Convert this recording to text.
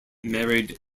married